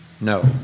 no